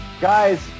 Guys